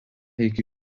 iki